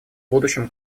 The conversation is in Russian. будущем